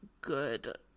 good